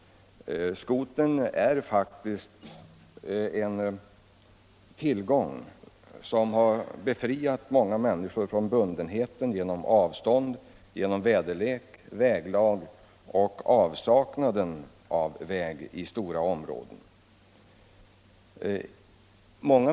Skotern är faktiskt en tillgång, som har befriat många människor från bundenheten genom avstånd, vä derlek, väglag och avsaknaden av väg i stora områden.